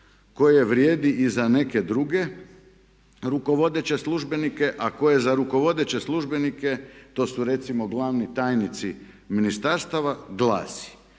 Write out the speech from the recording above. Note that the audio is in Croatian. koje vrijedi i za neke druge rukovodeće službenike a koje za rukovodeće službenike to su recimo glavni tajnici ministarstava glasi: